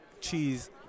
Cheese